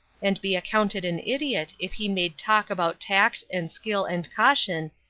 and be accounted an idiot if he made talk about tact and skill and caution,